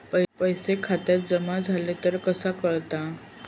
पैसे खात्यात जमा झाले तर कसा कळता?